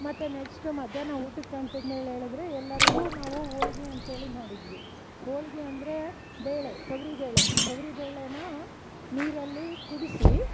ಮತ್ತು ನೆಕ್ಸ್ಟು ಮಧ್ಯಹ್ನ ಊಟಕ್ಕೆ ಅಂತದೇಳಿ ಹೇಳಿದ್ರೆ ಎಲ್ಲರಿಗು ನಾವು ಹೋಳ್ಗೆ ಅಂತೇಳಿ ಮಾಡಿದ್ವಿ ಹೋಳ್ಗೆ ಅಂದರೆ ಬೇಳೆ ತೊಗರಿ ಬೇಳೆ ತೊಗರಿ ಬೇಳೆನಾ ನೀರಲ್ಲಿ ಕುದಿಸಿ